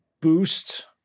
boost